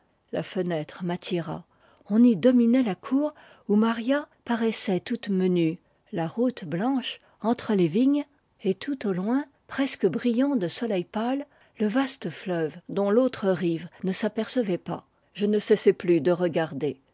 la fenêtre m'attira on y dominait la cour où maria paraissait toute menue la route blanche entre les vignes et tout au loin presque brillant de soleil pâle le vaste fleuve dont l'autre rive ne s'apercevait pas je ne cessais plus de regarder